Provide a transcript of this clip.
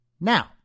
Now